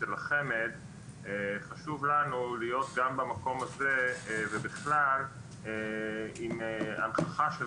של החמ"ד חשוב לנו להיות גם במקום הזה ובכלל עם הנכחה של